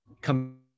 Come